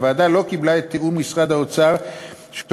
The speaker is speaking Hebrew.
הוועדה לא קיבלה את טיעון משרד האוצר שהוראות